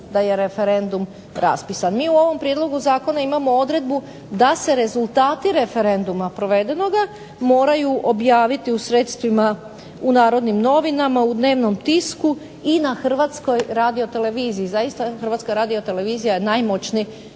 da je referendum raspisivan. Mi u ovom prijedlogu zakona imamo odredbu da se rezultati referenduma provedenoga moraju objaviti u sredstvima u "Narodnim novinama", u dnevnom tisku, i na Hrvatskoj radioteleviziji, zaista Hrvatska radiotelevizija je najmoćniji